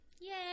Yay